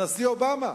הנשיא אובמה.